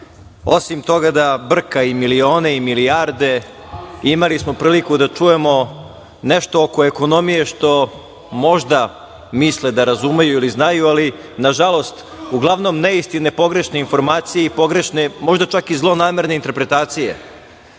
osim toga da brka i milione i milijarde imali su priliku da čujemo nešto oko ekonomije što možda misle da razumeju ili znaju, ali nažalost uglavnom neistinite pogrešne informacije i pogrešne možda čak i zlonamerne interpretacije. Nemojte